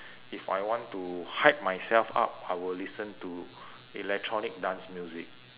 if I want to hype myself up I will listen to electronic dance music